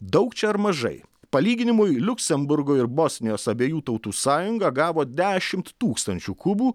daug čia ar mažai palyginimui liuksemburgo ir bosnijos abiejų tautų sąjunga gavo dešimt tūkstančių kubų